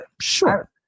sure